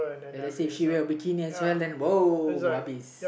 ya let's say if she wear a bikini as well then